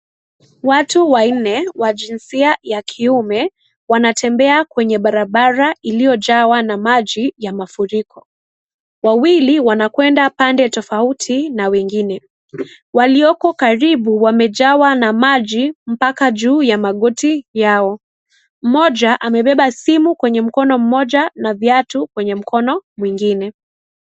Watu wannne wa jinsia yab kiume wanatembea kwenye barabara iliyojawa na maji ya mafuriko ,wawili wanakwenda pande tofauti na wengine ,walioko karibu wamejawa na maji mpka juu ya magoti yao, mmoja amebeba simu kwenye mkono mmoja na viatu kwenye mkono mwingine.